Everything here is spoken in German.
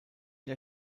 der